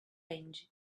end